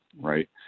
right